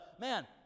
man